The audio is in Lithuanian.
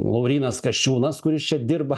laurynas kasčiūnas kuris čia dirba